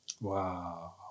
Wow